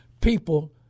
people